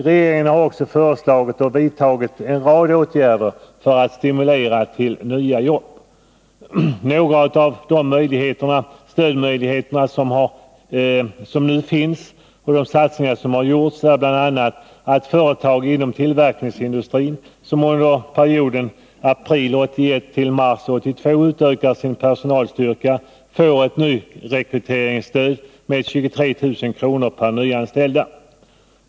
Regeringen har också föreslagit och vidtagit en rad åtgärder för att stimulera till nya jobb. Några av de stödmöjligheter som nu finns och de satsningar som har gjorts är följande. Företag inom tillverkningsindustrin som under perioden april 1981 till mars 1982 utökar sin personalstyrka får ett nyrekryteringsstöd med 23 000 kr. per nyanställd.